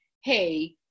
hey